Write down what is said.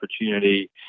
opportunity